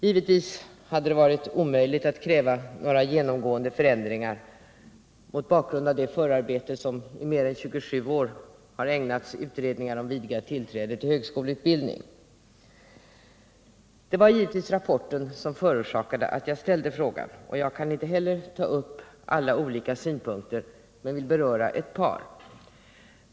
Givetvis hade det varit omöjligt att kräva några genomgående förändringar mot bakgrund av det förarbete som i mer än 27 år har ägnats utredningar om vidgat tillträde till högskoleutbildning. Det var naturligtvis rapporten som föranledde att jag ställde frågan. Jag kan inte ta upp alla olika synpunkter men vill beröra ett par.